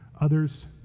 others